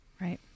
Right